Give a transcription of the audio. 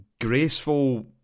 graceful